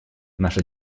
наша